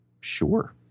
Sure